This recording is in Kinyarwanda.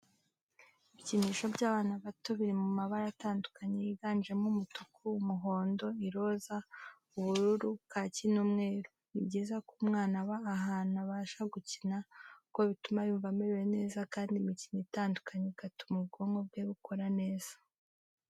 Ibikinisho by'abana bato biri mu mabara atandukanye yiganjemo umutuku, umuhondo, iroza, ubururu, kaki n'umweru. Ni byiza ko umwana aba ahantu abasha gukina kuko bituma yumva amerewe neza kandi imikino itandukanye igatuma ubwonko bwe bukora neza.